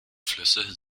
flüsse